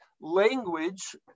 language